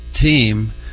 team